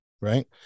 Right